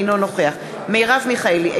אינו נוכח מרב מיכאלי,